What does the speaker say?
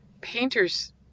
painter's